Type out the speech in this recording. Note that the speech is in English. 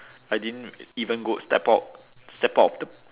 I didn't even go step out step out of the